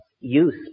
use